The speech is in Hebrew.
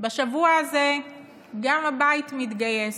בשבוע הזה גם הבית מתגייס,